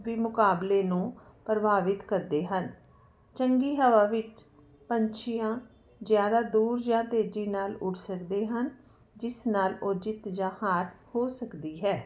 ਵੀ ਮੁਕਾਬਲੇ ਨੂੰ ਪ੍ਰਭਾਵਿਤ ਕਰਦੇ ਹਨ ਚੰਗੀ ਹਵਾ ਵਿੱਚ ਪੰਛੀਆਂ ਜ਼ਿਆਦਾ ਦੂਰ ਜਾਂ ਤੇਜ਼ੀ ਨਾਲ ਉੱਡ ਸਕਦੇ ਹਨ ਜਿਸ ਨਾਲ ਉਹ ਜਿੱਤ ਜਾਂ ਹਾਰ ਹੋ ਸਕਦੀ ਹੈ